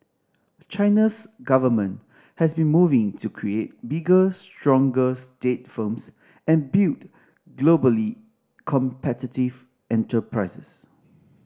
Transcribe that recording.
China's government has been moving to create bigger stronger state firms and build globally competitive enterprises